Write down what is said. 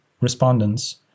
respondents